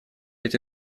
эти